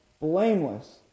blameless